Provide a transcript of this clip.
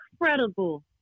incredible